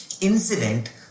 incident